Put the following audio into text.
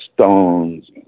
Stones